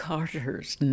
Carter's